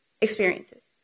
experiences